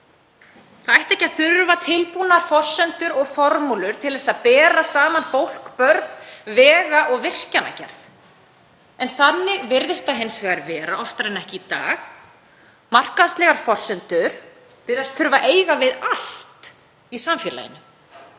Það ætti ekki að þurfa tilbúnar forsendur og formúlu til að bera saman fólk, börn og vega- og virkjunargerð, en þannig virðist hins vegar vera oftar en ekki í dag; markaðslegar forsendur virðast þurfa að eiga við allt í samfélaginu.